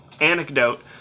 anecdote